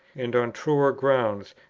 and on truer grounds,